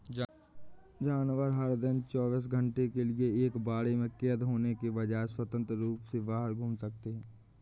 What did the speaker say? जानवर, हर दिन चौबीस घंटे के लिए एक बाड़े में कैद होने के बजाय, स्वतंत्र रूप से बाहर घूम सकते हैं